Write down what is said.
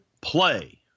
play